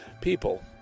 people